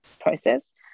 process